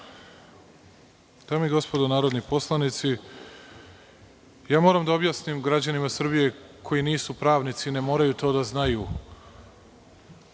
Dame i gospodo narodni poslanici, moram da objasnim građanima Srbije. Oni koji nisu pravnici i ne moraju to da znaju.